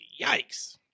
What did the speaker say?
yikes